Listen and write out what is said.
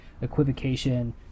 equivocation